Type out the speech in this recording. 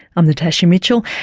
i'm natasha mitchell.